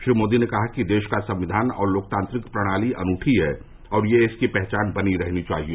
श्री मोदी ने कहा कि देश का संविधान और लोकतांत्रिक प्रणाली अनूठी है और यह इसकी पहचान बनी रहनी चाहिए